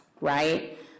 right